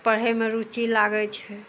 पढ़यमे रुचि लागय छै